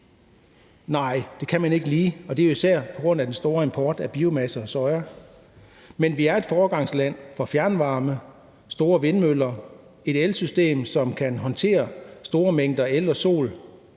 Nej, det kan man ikke lige, og det er især på grund af den store import af biomasse og soya. Men vi er et foregangsland, når det gælder fjernvarme, store vindmøller og et elsystem, som kan håndtere store mængder el fra sol